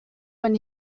when